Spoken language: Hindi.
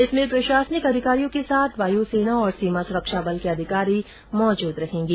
इसमें प्रशासनिक अधिकारियों के साथ वायुसेना और सीमा सुरक्षा बल के अधिकारी मौजूद रहेंगे